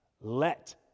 Let